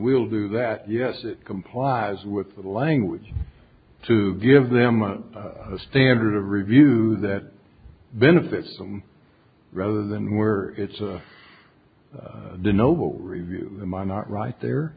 we'll do that yes it complies with the language to give them a standard of review that benefits them rather than where it's a the noble review my not right there